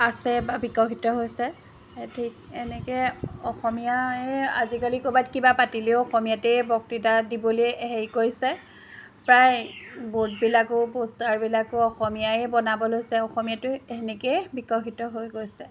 আছে বা বিকশিত হৈছে ঠিক এনেকেই অসমীয়ায়েই আজিকালি ক'ৰবাত কিবা পাতিলেও অসমীয়াতেই বক্তৃতা দিবলৈ হেৰি কৰিছে প্ৰায়ে বৰ্ডবিলাকো পষ্টাৰবিলাকো অসমীয়াই বনাবলৈ লৈছে অসমীয়াটো সেনেকৈয়ে বিকশিত হৈ গৈছে